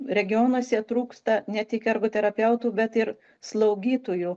regionuose trūksta ne tik ergoterapeutų bet ir slaugytojų